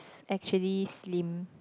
actually slim